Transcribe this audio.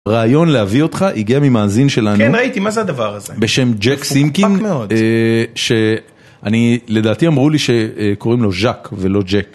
רעיון להביא אותך, הגיע ממאזין שלנו, כן ראיתי מה זה הדבר הזה? בשם ג'ק סינקין, שאני, לדעתי אמרו לי שקוראים לו גא'ק ולא ג'ק.